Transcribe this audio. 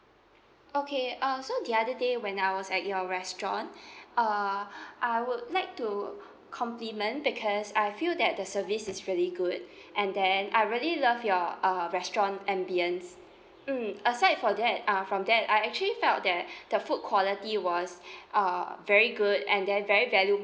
okay uh so the other day when I was at your restaurant err I would like to compliment because I feel that the service is really good and then I really love your uh restaurant ambiance mm aside for that uh from that I actually felt that the food quality was uh very good and then very value